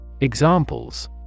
Examples